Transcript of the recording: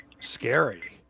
Scary